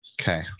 Okay